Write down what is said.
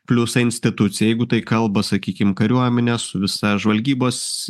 pliusai institucija jeigu tai kalba sakykim kariuomenė su visa žvalgybos